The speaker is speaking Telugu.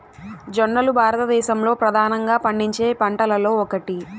జొన్నలు భారతదేశంలో ప్రధానంగా పండించే పంటలలో ఒకటి